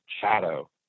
shadow